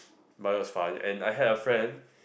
but it was fun and I had a friend